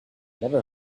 never